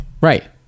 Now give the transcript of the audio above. Right